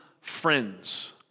friends